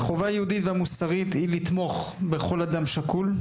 החובה היהודית והמוסרית היא לתמוך בכל אדם שכול.